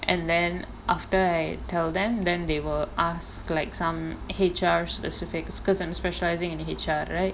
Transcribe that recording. and then after I tell them then they will ask like some H_R specific because I'm specialising in H_R right